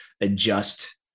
adjust